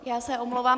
Já se omlouvám.